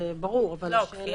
כפייה בטח שלא.